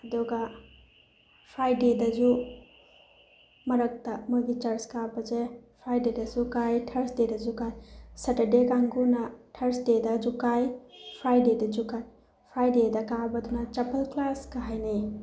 ꯑꯗꯨꯒ ꯐ꯭ꯔꯥꯏꯗꯦꯗꯁꯨ ꯃꯔꯛꯇ ꯃꯣꯏꯒꯤ ꯆꯔꯆ ꯀꯥꯕꯁꯦ ꯐ꯭ꯔꯥꯏꯗꯦꯗꯁꯨ ꯀꯥꯏ ꯊꯔꯁꯗꯦꯗꯁꯨ ꯀꯥꯏ ꯁꯇꯔꯗꯦ ꯀꯥꯡꯕꯨꯅ ꯊꯔꯁꯗꯦꯗꯁꯨ ꯀꯥꯏ ꯐ꯭ꯔꯥꯏꯗꯦꯗꯁꯨ ꯀꯥꯏ ꯐ꯭ꯔꯥꯏꯗꯦꯗ ꯀꯥꯕꯗꯨꯅ ꯆꯄꯜ ꯀ꯭ꯂꯥꯎꯁꯀ ꯍꯥꯏꯅꯩ